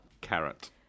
Carrot